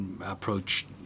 approach